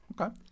Okay